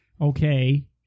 Okay